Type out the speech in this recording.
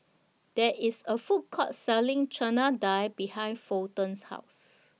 There IS A Food Court Selling Chana Dal behind Fulton's House